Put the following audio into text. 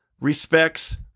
respects